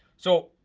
so,